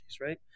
right